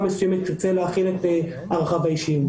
מסוימת ירצה להחיל את ערכיו האישיים.